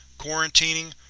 quarantining,